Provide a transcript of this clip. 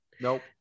nope